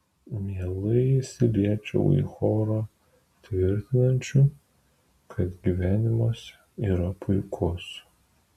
mielai įsiliečiau į chorą tvirtinančių kad gyvenimas yra puikus